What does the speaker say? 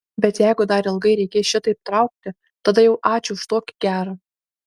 bet jeigu dar ilgai reikės šitaip traukti tada jau ačiū už tokį gerą